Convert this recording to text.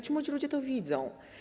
Ci młodzi ludzie to widzą.